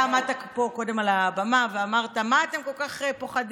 אתה עמדת פה קודם על הבמה ואמרת: מה אתם כל כך פוחדים,